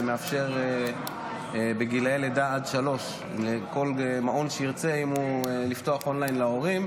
שמאפשר בגיל לידה עד שלוש לכל מעון שירצה לפתוח און-ליין להורים.